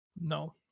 No